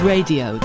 Radio